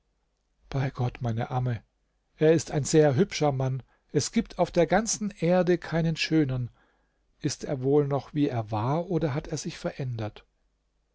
bei gott meine amme er ist ein sehr hübscher mann es gibt auf der ganzen erde keinen schönern ist er wohl noch wie er war oder hat er sich verändert